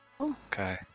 Okay